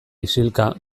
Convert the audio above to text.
isilka